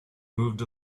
moved